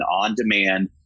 on-demand